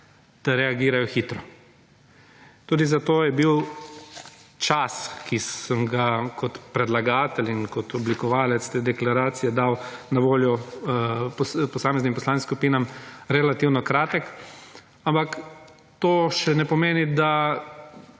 da reagirajo hitro. Tudi zato je bil čas, ki sem ga kot predlagatelj in kot oblikovalec te deklaracije dal na voljo posameznim poslanskim skupinam, relativno kratek. Ampak to še ne pomeni, da